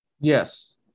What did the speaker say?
Yes